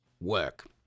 work